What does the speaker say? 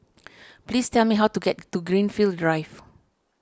please tell me how to get to Greenfield Drive